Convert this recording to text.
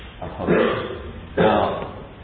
Now